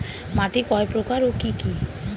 মাটি কয় প্রকার ও কি কি?